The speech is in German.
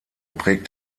prägt